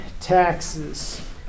taxes